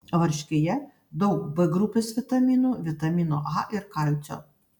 varškėje daug b grupės vitaminų vitamino a ir kalcio